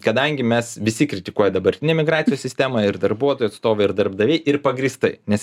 kadangi mes visi kritikuoja dabartinę migracijos sistemą ir darbuotojų atstovai ir darbdaviai ir pagrįstai nes